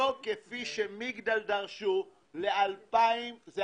לא כפי שמגדל דרשו - עד 2031. אתה